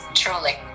truly